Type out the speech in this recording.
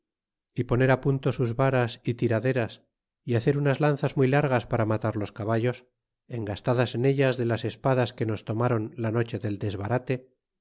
y poner á punto sus varas y t izaderas y hacer unas lanzas muy largas para matar los caballos engastadas en ellas de las espadas que nos tomron la noche del desbarate